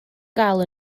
gael